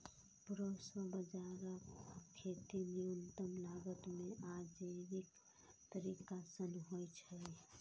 proso बाजाराक खेती न्यूनतम लागत मे आ जैविक तरीका सं होइ छै